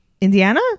Indiana